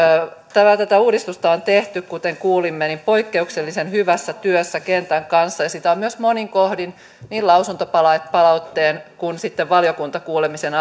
tätä uudistusta on tehty kuten kuulimme poikkeuksellisen hyvässä työssä kentän kanssa ja sitä on myös monin kohdin niin lausuntopalautteen kuin sitten valiokuntakuulemisen